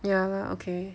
ya lah okay